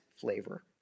flavor